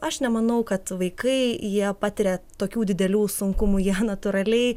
aš nemanau kad vaikai jie patiria tokių didelių sunkumų jie natūraliai